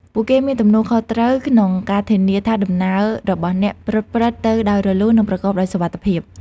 ពួកគេមានទំនួលខុសត្រូវក្នុងការធានាថាដំណើររបស់អ្នកប្រព្រឹត្តទៅដោយរលូន និងប្រកបដោយសុវត្ថិភាព។